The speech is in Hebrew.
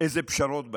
פשרות באזור.